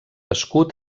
escut